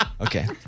Okay